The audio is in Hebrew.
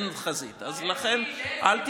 אלקין, אלקין, אליכם.